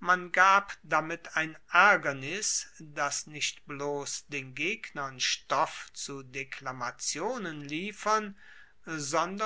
man gab damit ein aergernis das nicht bloss den gegnern stoff zu deklamationen liefern